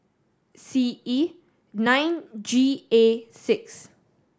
C E nine G A six